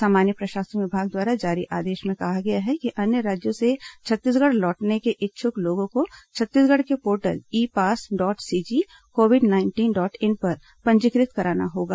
सामान्य प्रशासन विभाग द्वारा जारी आदेश में कहा गया है कि अन्य राज्यों से छत्तीसगढ़ लौटने के इच्छुक लोगों को छत्तीसगढ़ के portal e pass dot CG COVID nineteen dot in पर पंजीकृत कराना होगा